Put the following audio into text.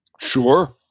Sure